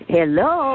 Hello